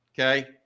Okay